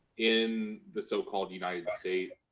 in the so-called united state,